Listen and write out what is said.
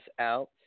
out